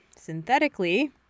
Synthetically